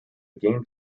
game